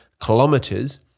kilometers